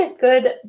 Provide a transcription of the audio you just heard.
Good